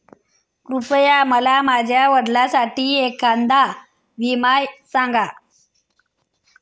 कृपया मला माझ्या वडिलांसाठी एखादा विमा सांगा